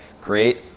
create